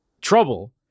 trouble